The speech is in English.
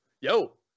yo